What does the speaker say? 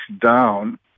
down